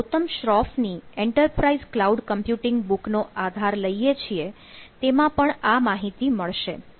આપણે ગૌતમ શ્રોફની enterprise cloud computing book નો આધાર લઈએ છીએ તેમાં પણ આ માહિતી મળશે